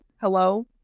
Hello